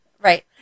Right